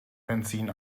benzin